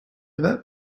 that